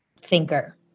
thinker